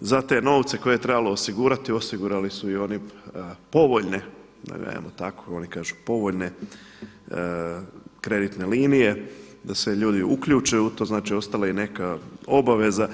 za te novce koje je trebalo osigurati osigurali su i oni povoljne da kažemo tako oni kažu povoljne kreditne linije da se ljudi uključe u to, znači ostala je i neka obaveza.